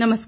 नमस्कार